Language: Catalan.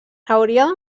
hauria